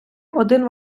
один